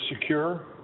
secure